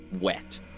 wet